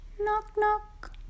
knock-knock